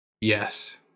Yes